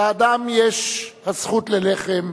"לאדם יש הזכות ללחם,